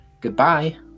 Goodbye